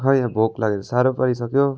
खोइ यहाँ भोक लागेर साह्रो परिसक्यो